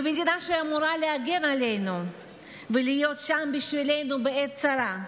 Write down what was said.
במדינה שאמורה להגן עלינו ולהיות שם בשבילנו בעת צרה.